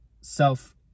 self